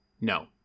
No